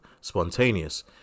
spontaneous